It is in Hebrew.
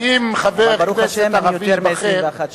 אבל ברוך השם, אני יותר מבן 21 שנים.